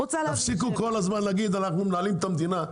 תפסיקו כל הזמן להגיד: אנחנו מנהלים את המדינה.